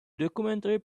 documentary